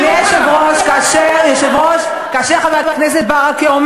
היושב-ראש, אני קורא אותך לסדר פעם שנייה.